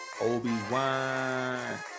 Obi-Wan